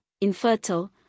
infertile